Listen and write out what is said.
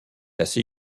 assez